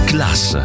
Class